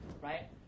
Right